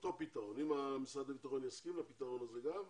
אם משרד הביטחון יסכים גם לפתרון הזה אז